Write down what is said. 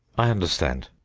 i understand.